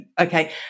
okay